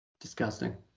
Disgusting